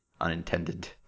unintended